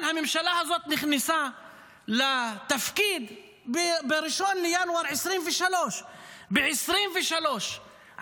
הממשלה הזאת נכנסה לתפקיד ב-1 בינואר 2023. ב-2023,